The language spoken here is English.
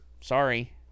Sorry